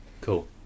cool